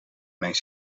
mijn